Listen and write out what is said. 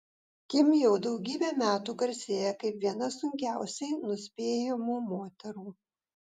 kim jau daugybę metų garsėja kaip viena sunkiausiai nuspėjamų moterų